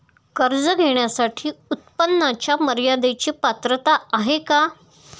कर्ज घेण्यासाठी उत्पन्नाच्या मर्यदेची पात्रता आहे का?